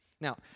Now